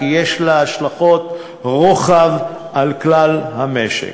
כי יש לה השלכות רוחב על כלל המשק.